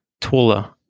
taller